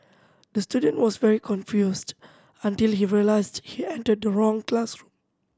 the student was very confused until he realised he entered the wrong classroom